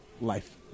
life